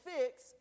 fix